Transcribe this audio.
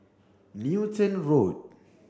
Newton Road